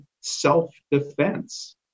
self-defense